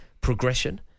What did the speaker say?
progression